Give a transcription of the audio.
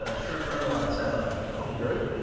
ah shrimp remoulade salad. sounds great.